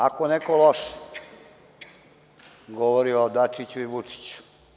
Ako neko loše govori o Dačiću i Vučiću…